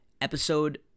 episode